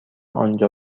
آنجا